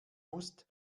musst